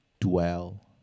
dwell